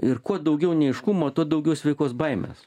ir kuo daugiau neaiškumo tuo daugiau sveikos baimės